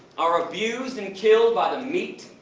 are abused and killed by the meat,